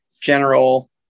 general